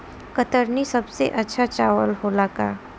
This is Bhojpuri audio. कतरनी सबसे अच्छा चावल होला का?